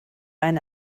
eine